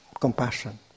compassion